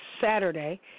Saturday